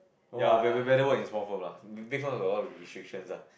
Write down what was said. ya be~ be~ better work in small firms lah big firms got a lot of restrictions lah